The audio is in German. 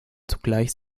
zugleich